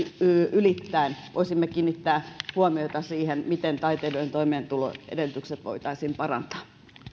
ylittäen voisimme kiinnittää huomiota siihen miten taiteilijoiden toimeentulon edellytyksiä voitaisiin parantaa